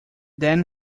then